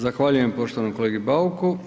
Zahvaljujem poštovanom kolegi Bauku.